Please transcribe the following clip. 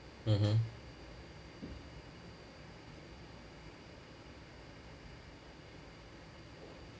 mmhmm